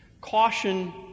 Caution